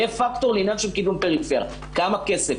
יהיה פקטור לעניין של קידום פריפריה - כמה כסף?